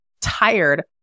tired